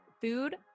food